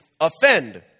offend